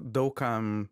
daug kam